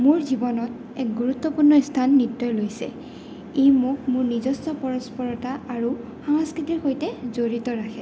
মোৰ জীৱনত এক গুৰুত্বপূৰ্ণ স্থান নৃত্যই লৈছে ই মোক মোৰ নিজস্ব পৰস্পৰতা আৰু সাংস্কৃতিৰ সৈতে জড়িত ৰাখে